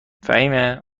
فهیمه